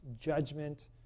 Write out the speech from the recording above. judgment